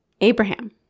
Abraham